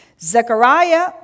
Zechariah